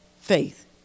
faith